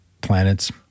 planets